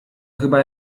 chyba